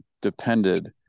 depended